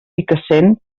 picassent